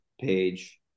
page